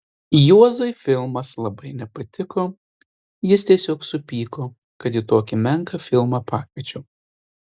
juozui filmas labai nepatiko jis tiesiog supyko kad į tokį menką filmą pakviečiau